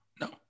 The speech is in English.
No